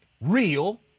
real